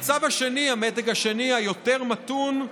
2. המצב השני, המתג השני, היותר-מתון,